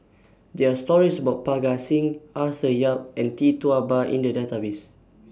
There Are stories about Parga Singh Arthur Yap and Tee Tua Ba in The Database